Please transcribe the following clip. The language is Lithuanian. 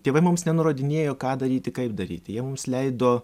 tėvai mums nenurodinėjo ką daryti kaip daryti jie mums leido